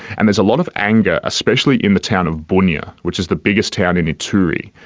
and there's a lot of anger, especially in the town of bunia, which is the biggest town in ituri,